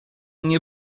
nie